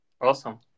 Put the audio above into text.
Awesome